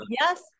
yes